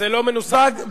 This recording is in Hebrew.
אה, זה לא מנוסח פה טוב.